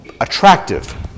attractive